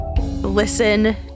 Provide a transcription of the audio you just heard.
listen